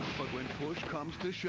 but when push comes to shove.